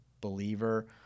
believer